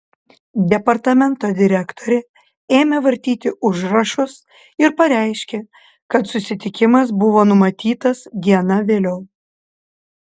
departamento direktorė ėmė vartyti užrašus ir pareiškė kad susitikimas buvo numatytas diena vėliau